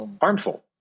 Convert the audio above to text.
harmful